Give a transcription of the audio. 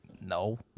No